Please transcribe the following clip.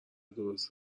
درست